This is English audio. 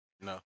No